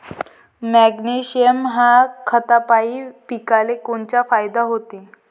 Magnesium ह्या खतापायी पिकाले कोनचा फायदा होते?